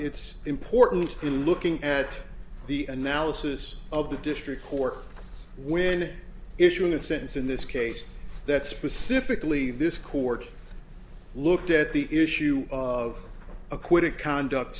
it's important in looking at the analysis of the district court when an issue in a sense in this case that specifically this court looked at the issue of acquitted conduct